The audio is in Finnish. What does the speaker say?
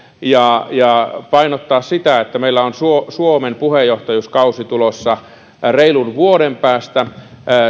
ja ja painottaa sitä että meillä on suomen suomen puheenjohtajuuskausi tulossa reilun vuoden päästä